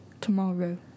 Tomorrow